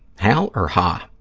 hal or ha?